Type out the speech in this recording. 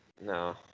no